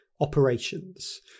operations